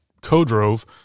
co-drove